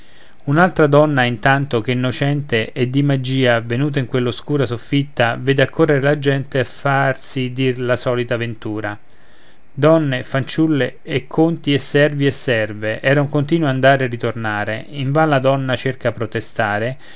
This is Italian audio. un'altra donna intanto che innocente è di magia venuta in quell'oscura soffitta vede accorrere la gente a farsi dir la solita ventura donne fanciulle e conti e servi e serve era un continuo andare e ritornare invan la donna cerca protestare